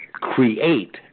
create